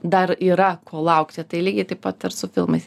dar yra ko laukti tai lygiai taip pat ir su filmais